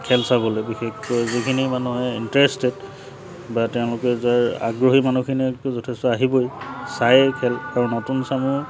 খেল চাবলে বিশেষকৈ যিখিনি মানুহে ইণ্টাৰেষ্টেড বা তেওঁলোকে যাৰ আগ্ৰহী মানুহখিনিয়েটো যথেষ্ট আহিবই চাইয়েই খেল আৰু নতুন চামো